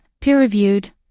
peer-reviewed